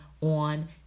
on